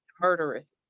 murderous